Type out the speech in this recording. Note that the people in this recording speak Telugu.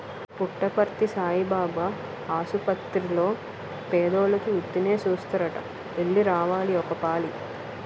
పుట్టపర్తి సాయిబాబు ఆసపత్తిర్లో పేదోలికి ఉత్తినే సూస్తారట ఎల్లి రావాలి ఒకపాలి